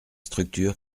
structures